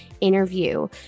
interview